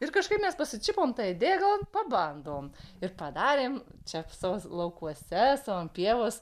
ir kažkaip mes pasičiupom tą idėją galvojau pabandom ir padarėm čia savo laukuose sau ant pievos